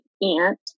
aunt